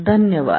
धन्यवाद